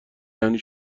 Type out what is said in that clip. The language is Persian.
یعنی